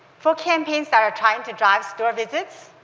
for campaigns that are trying to drive store visits,